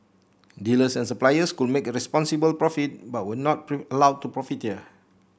dealers and suppliers could make a reasonable profit but were not to allowed to profiteer